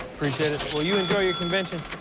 appreciate it. well, you enjoy your convention.